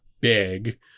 big